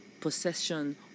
possession